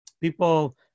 people